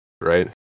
right